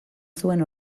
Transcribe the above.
zuen